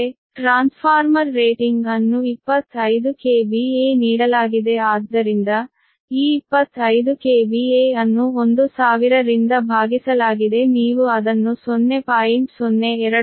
ಅಂದರೆ transformer rating ಅನ್ನು 25 KVA ನೀಡಲಾಗಿದೆ ಆದ್ದರಿಂದ ಈ 25 KVA ಅನ್ನು 1000 ರಿಂದ ಭಾಗಿಸಲಾಗಿದೆ ನೀವು ಅದನ್ನು 0